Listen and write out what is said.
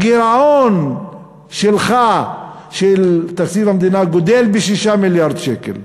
הגירעון של תקציב המדינה גדל ב-6 מיליארד שקל.